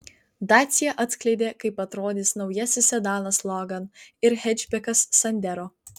dacia atskleidė kaip atrodys naujasis sedanas logan ir hečbekas sandero